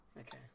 Okay